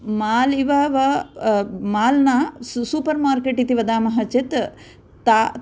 mall इव वा mall न सु सूपर् मार्केट् इति वदामः चेत् ता